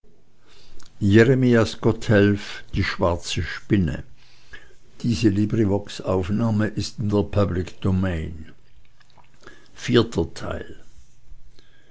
zurück die schwarze spinne